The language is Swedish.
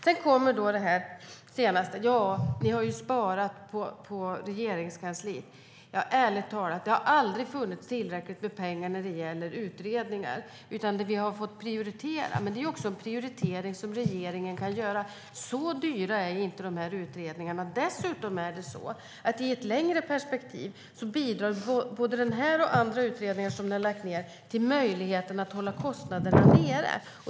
Sedan sa Morgan Johansson att vi har sparat på Regeringskansliet. Ärligt talat har det aldrig funnits tillräckligt med pengar för utredningar, utan vi fick prioritera. Regeringen kan också prioritera, för så dyra är inte dessa utredningar. Dessutom bidrar den här och andra utredningar som ni har lagt ned i ett längre perspektiv till möjligheterna att hålla kostnaderna nere.